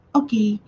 okay